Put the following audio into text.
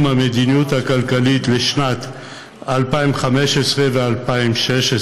המדיניות הכלכלית לשנות התקציב 2015 ו-2016),